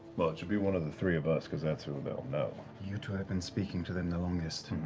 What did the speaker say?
well, it should be one of the three of us, because that's who they'll know. liam you two have been speaking to them the longest.